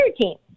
team